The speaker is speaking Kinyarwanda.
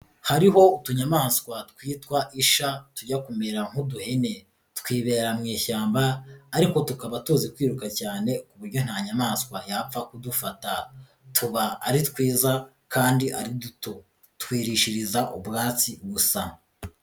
Hariho utunyamaswa twitwa isha tujya kumera nk'uduhene, twibera mu ishyamba, ariko tukaba tuzi kwiruka cyane ku buryo nta nyamaswa yapfa kudufata, tuba ari twiza kandi ari duto, twirishiriza ubwatsi gusa.